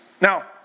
Now